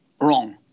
wrong